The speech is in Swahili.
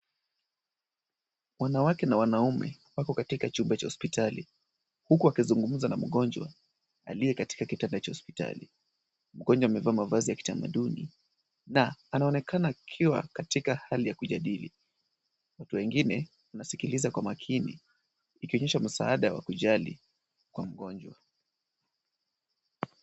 Wanawake na wanaume wako katika chumba cha hospitali huku wakizungumza na mgonjwa aliye katika kitanda cha hospitali. Mgonjwa amevaa mavazi ya kitamaduni na anaonekana akiwa katika hali ya kujadili. Watu wengine wanasikiliza kwa makini ikionyesha msaada wa kujali kwa mgonjwa.